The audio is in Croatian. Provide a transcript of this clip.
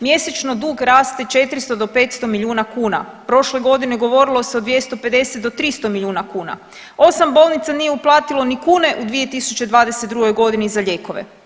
Mjesečno dug raste 400 do 500 milijuna kuna, prošle godine govorilo se o 250 do 300 milijuna kuna, 8 bolnica nije uplatilo ni kune u 2022. g. za lijekove.